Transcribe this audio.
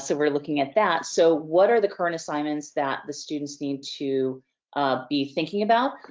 so we're looking at that. so, what are the current assignments that the students need to be thinking about?